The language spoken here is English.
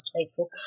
April